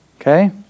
Okay